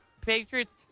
Patriots